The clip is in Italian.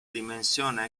dimensione